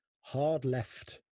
hard-left